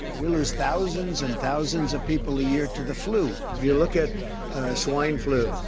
we lose thousands and thousands of people a year to the flu. if you look at swine flu,